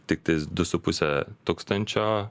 tik tais du su puse tūkstančio